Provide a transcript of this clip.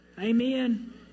Amen